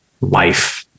life